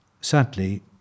Sadly